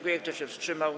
Kto się wstrzymał?